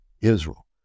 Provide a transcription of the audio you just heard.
israel